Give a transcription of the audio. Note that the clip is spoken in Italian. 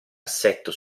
assetto